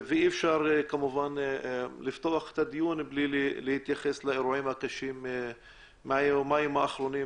אי אפשר לפתוח את הדיון בלי להתייחס לאירועים הקשים מהיומיים האחרונים